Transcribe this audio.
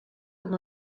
com